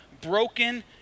broken